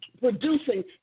producing